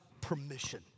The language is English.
permission